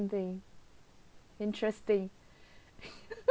thing interesting